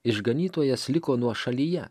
išganytojas liko nuošalyje